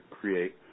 create